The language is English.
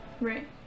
Right